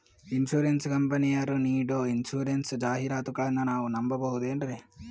Insurance ಕಂಪನಿಯರು ನೀಡೋ insurance ಜಾಹಿರಾತುಗಳನ್ನು ನಾವು ನಂಬಹುದೇನ್ರಿ?